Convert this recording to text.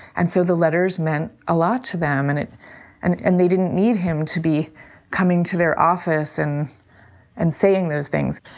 and so the letters. a ah lot to them and it and and they didn't need him to be coming to their office and and saying those things.